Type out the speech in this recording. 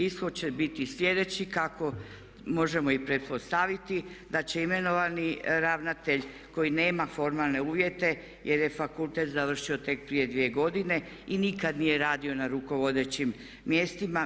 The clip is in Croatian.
Ishod će biti sljedeći kako možemo i pretpostaviti da će imenovani ravnatelj koji nema formalne uvjete jer je fakultet završio tek prije dvije godine i nikad nije radio na rukovodećim mjestima.